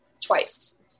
twice